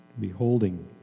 beholding